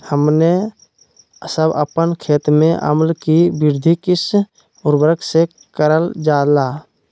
हमने सब अपन खेत में अम्ल कि वृद्धि किस उर्वरक से करलजाला?